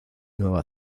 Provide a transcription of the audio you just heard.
nueva